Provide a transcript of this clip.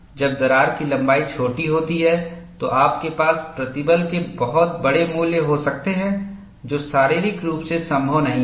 जब दरार की लंबाई छोटी होती है तो आपके पास प्रतिबल के बहुत बड़े मूल्य हो सकते हैं जो शारीरिक रूप से संभव नहीं है